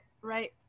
right